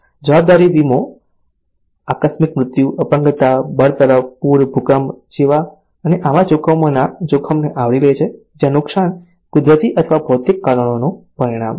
જવાબદારી વીમો આકસ્મિક મૃત્યુ અપંગતા બરતરફ પૂર ભૂકંપ અને આવા જોખમોના જોખમોને આવરી લે છે જ્યાં નુકસાન કુદરતી અથવા ભૌતિક કારણોનું પરિણામ છે